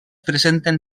presenten